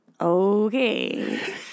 okay